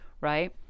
right